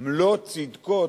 מלוא צדקו,